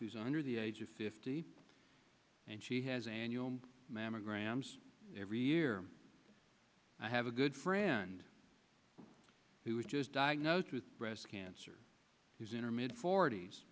who's under the age of fifty and she has annual mammograms every year i have a good friend who was just diagnosed with breast cancer who's in her mid fort